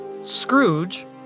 Scrooge